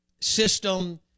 system –